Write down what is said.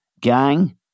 gang